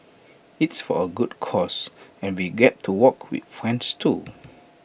it's for A good cause and we get to walk with friends too